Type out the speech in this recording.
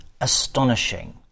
astonishing